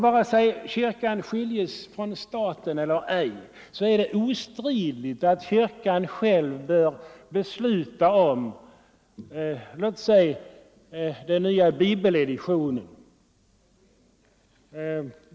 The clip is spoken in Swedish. Vare sig kyrkan skiljes från staten eller ej är det ostridigt, att kyrkan själv bör besluta om 1. ex. den nya Bibeleditionen.